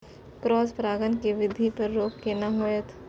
Cross परागण के वृद्धि पर रोक केना होयत?